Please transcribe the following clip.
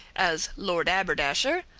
as, lord aberdasher,